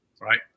Right